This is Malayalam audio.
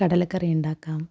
കടലക്കറി ഉണ്ടാക്കാം